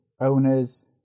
owners